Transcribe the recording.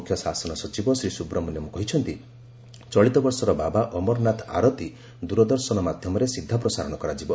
ମୁଖ୍ୟ ଶାସନ ସଚିବ ଶ୍ରୀ ସୁବ୍ରମଣ୍ୟମ୍ କହିଛନ୍ତି ଚଳିତ ବର୍ଷର ବାବା ଅମରନାଥ ଆରତି ଦୂରଦର୍ଶନ ମାଧ୍ୟମରେ ସିଧା ପ୍ରସାରଣ କରାଯିବ